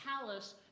palace